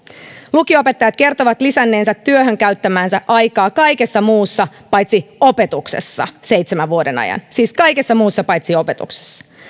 lukio opettajat kertovat lisänneensä työhön käyttämäänsä aikaa kaikessa muussa paitsi opetuksessa seitsemän vuoden ajan siis kaikessa muussa paitsi opetuksessa